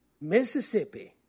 Mississippi